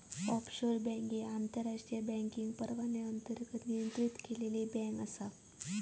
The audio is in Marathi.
ऑफशोर बँक ही आंतरराष्ट्रीय बँकिंग परवान्याअंतर्गत नियंत्रित केलेली बँक आसा